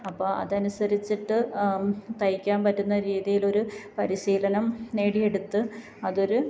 അപ്പോള് അതനുസരിച്ചിട്ട് തയ്ക്കാന് പറ്റുന്ന രീതിയില് ഒരു പരിശീലനം നേടിയെടുത്ത് അതൊരു